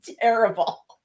terrible